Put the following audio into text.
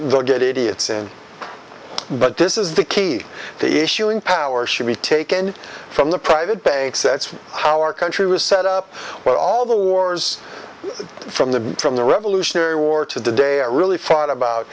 they'll get it it's in but this is the key issue in power should be taken from the private banks that's our country was set up when all the wars from the from the revolutionary war to the day i really thought about